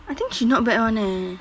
I think she not bad [one] eh